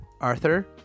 arthur